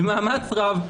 במאמץ רב.